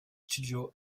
studios